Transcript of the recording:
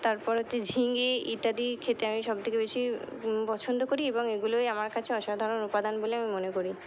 তারপর হচ্ছে ঝিঙে ইত্যাদি খেতে আমি সবথেকে বেশি পছন্দ করি এবং এগুলোই আমার কাছে অসাধারণ উপাদান বলে আমি মনে করি